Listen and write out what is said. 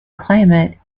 climate